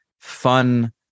fun